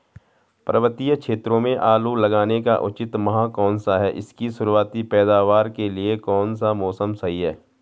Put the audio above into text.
पर्वतीय क्षेत्रों में आलू लगाने का उचित माह कौन सा है इसकी शुरुआती पैदावार के लिए कौन सा मौसम सही है?